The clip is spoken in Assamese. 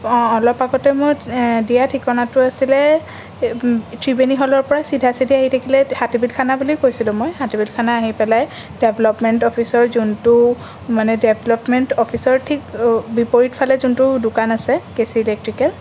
অঁ অলপ আগতে মই দিয়া ঠিকনাটো আছিলে ত্ৰিবেণী হ'লৰ পৰা চিধাচিধি আহি থাকিলে হাটীপিলখানা বুলি কৈছিলোঁ মই হাটীপিলখানা আহি পেলাই ডেভলপমেণ্ট অফিচৰ যোনটো মানে ডেভলপমেণ্ট অফিচৰ ঠিক বিপৰীত ফালে যোনটো দোকান আছে কে চি ইলেক্ট্ৰিকেল